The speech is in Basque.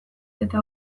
eta